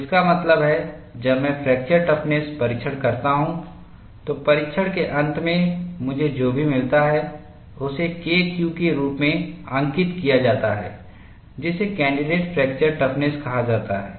तो इसका मतलब है जब मैं फ्रैक्चर टफ़्नस परीक्षण करता हूं तो परीक्षण के अंत में मुझे जो भी मिलता है उसे KQ के रूप में अंकित किया जाता है जिसे कैंडिडेट फ्रैक्चर टफ़्नस कहा जाता है